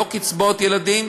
לא קצבאות ילדים,